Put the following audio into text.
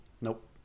nope